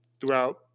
throughout